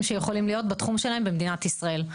שיכולים להיות בתחום שלהם במדינת ישראל.